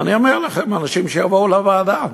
ואני אומר לכם, אנשים יבואו לוועדה.